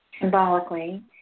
symbolically